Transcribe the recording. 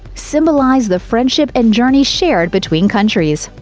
symbolize the friendship and journey shared between countries.